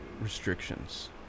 restrictions